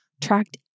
tracked